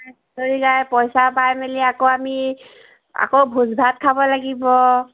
হুঁচৰি গাই পইচা পাই মেলি আকৌ আমি আকৌ ভোজ ভাত খাব লাগিব